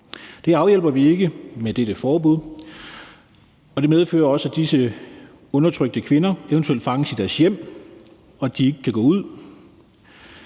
Det afhjælper vi ikke med dette forbud. Det medfører også, at disse undertrykte kvinder eventuelt fanges i deres hjem og ikke kan gå ud